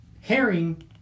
Herring